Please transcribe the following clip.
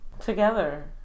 together